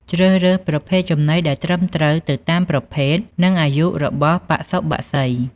ជ្រើសរើសប្រភេទចំណីដែលត្រឹមត្រូវទៅតាមប្រភេទ និងអាយុរបស់បសុបក្សី។